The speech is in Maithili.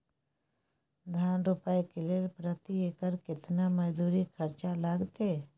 धान रोपय के लेल प्रति एकर केतना मजदूरी खर्चा लागतेय?